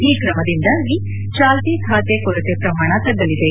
ಈ ಕ್ರಮದಿಂದಾಗಿ ಚಾಲ್ತಿ ಖಾತೆ ಕೊರತೆ ಪ್ರಮಾಣ ತಗ್ಗಲಿದೆ